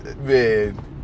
Man